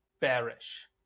bearish